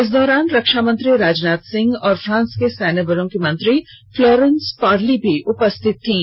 इस दौरान रक्षामंत्री राजनाथ सिंह और फ्रांस के सैन्यबलों की मंत्री फ्लोरेंस पार्ली भी उपरिथत थीं